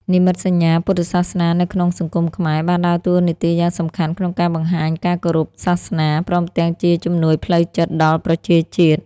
និមិត្តសញ្ញាពុទ្ធសាសនានៅក្នុងសង្គមខ្មែរ បានដើរតួនាទីយ៉ាងសំខាន់ក្នុងការបង្ហាញការគោរពសាសនា ព្រមទាំងជាជំនួយផ្លូវចិត្តដល់ប្រជាជាតិ។